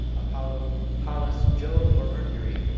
apollo, pallas, jove, or mercury,